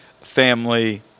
family